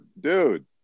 dude